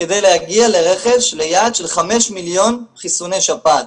כדי להגיע ליעד של רכש של חמישה מיליון חיסוני שפעת.